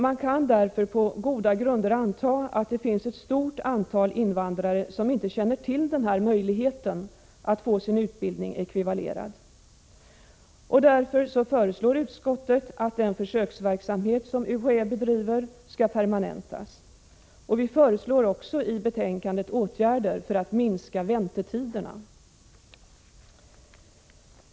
Man kan därför på goda grunder anta att det finns ett stort antal invandrare som inte känner till den här möjligheten att få sin utbildning ekvivalerad. Därför föreslår utskottet att den försöksverksamhet som UHÄ bedriver skall permanentas. Vi föreslår också i betänkandet åtgärder för att minska väntetiderna.